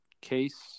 Case